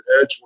Edge